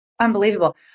Unbelievable